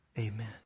Amen